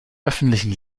öffentlichen